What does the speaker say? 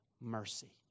mercy